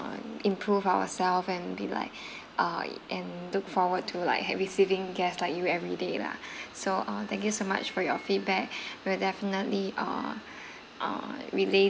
improve ourselves and be like uh and look forward to like receiving guests like you everyday lah so uh thank you so much for your feedback we'll definitely uh uh relay